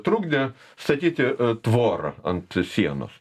trukdė statyti tvorą ant sienos